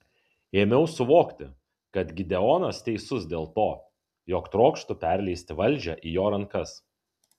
ėmiau suvokti kad gideonas teisus dėl to jog trokštu perleisti valdžią į jo rankas